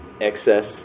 excess